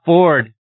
Ford